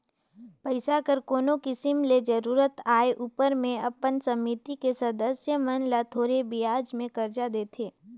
पइसा कर कोनो किसिम ले जरूरत आए उपर में अपन समिति के सदस्य मन ल थोरहें बियाज में करजा देथे